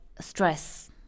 stress